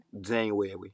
January